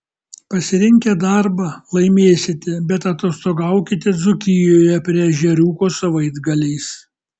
pasirinkę darbą laimėsite bet atostogaukite dzūkijoje prie ežeriuko savaitgaliais